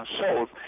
shows